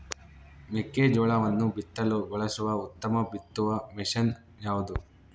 ಮೆಕ್ಕೆಜೋಳವನ್ನು ಬಿತ್ತಲು ಬಳಸುವ ಉತ್ತಮ ಬಿತ್ತುವ ಮಷೇನ್ ಯಾವುದು?